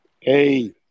Hey